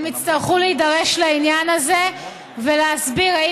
הם יצטרכו להידרש לעניין הזה ולהסביר אם